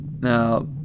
Now